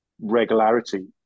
regularity